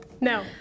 No